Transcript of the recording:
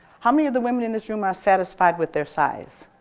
how many of the women in this room are satisfied with their size?